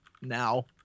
now